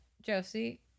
Josie